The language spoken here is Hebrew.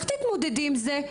איך תתמודדי עם זה',